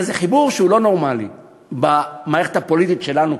הרי זה חיבור שהוא לא נורמלי במערכת הפוליטית שלנו,